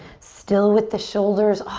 still with the shoulders.